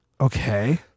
okay